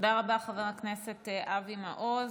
תודה רבה, חבר הכנסת אבי מעוז.